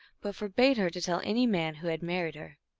but for bade her to tell any man who had married her.